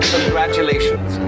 Congratulations